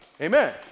Amen